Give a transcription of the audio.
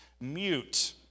mute